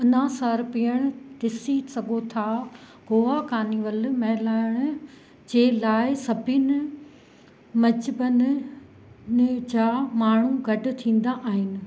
अनासार पीअणु डिसी सघो था गोआ कानीवल मेलण जे लाइ सभीनि मजिबन नि जा माण्हू गॾु थींदा आहिनि